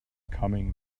coming